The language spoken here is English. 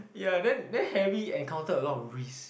ya then then Harry encounter a lot of risk